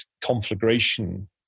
conflagration